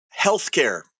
healthcare